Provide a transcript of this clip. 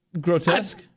Grotesque